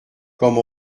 comme